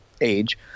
age